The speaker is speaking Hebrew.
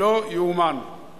לא ייאמן, זה לא ייאמן.